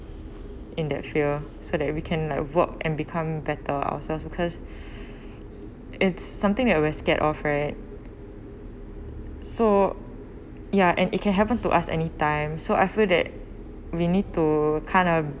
in that fear so that we can like work and become better ourselves because it's something that you were scared of right so ya and it can happen to us anytime so I feel that we need to kind of